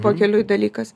pakeliui dalykas